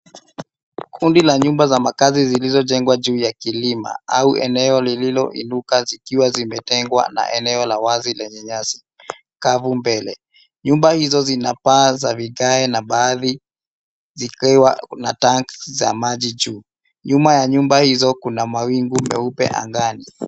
Kundi la nyumba za makaazi zilizojengwa juu ya kilimo au eneo lililoinuka zikiwa zimetengwa na eneo la wazi lenye nyasi kavu mbele. Nyumba hizo zina paa za vigae na baadhi zikiwa na tanks za maji juu. Nyuma ya nyumba hizo kuna mawingu meupe angani.